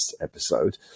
episode